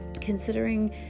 considering